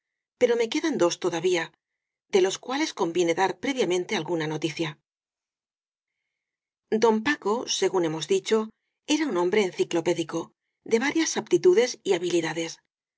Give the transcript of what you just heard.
pero me que dan dos todavía de los cuales conviene dar pre viamente alguna noticia don paco según hemos dicho era un hombre enciclopédico de variadas aptitudes y habilidades